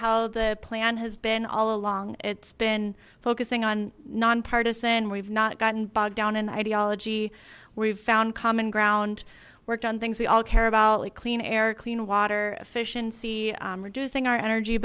how the plan has been all along it's been focusing on nonpartisan we've not gotten bogged down in ideology we've found common ground worked on things we all care about like clean air clean water efficiency reducing our energy